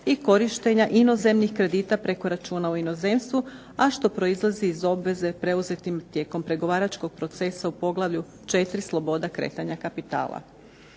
i korištenja inozemnih kredita preko računa u inozemstvu, a što proizlazi iz obveze preuzetim tijekom pregovaračkog procesa u poglavlju 4.-Sloboda kretanja kapitala.